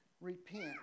repent